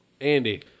Andy